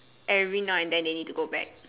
every now and then they need to go back